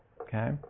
Okay